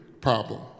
problem